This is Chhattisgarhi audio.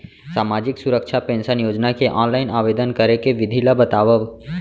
सामाजिक सुरक्षा पेंशन योजना के ऑनलाइन आवेदन करे के विधि ला बतावव